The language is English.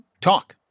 talk